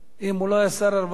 אם הוא לא היה שר הרווחה,